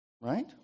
Right